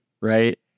right